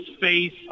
face